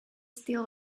still